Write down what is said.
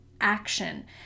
action